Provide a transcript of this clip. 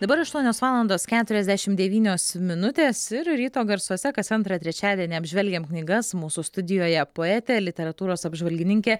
dabar aštuonios valandos keturiasdešim devynios minutės ir ryto garsuose kas antrą trečiadienį apžvelgiam knygas mūsų studijoje poetė literatūros apžvalgininkė